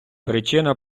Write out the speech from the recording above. причина